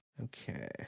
Okay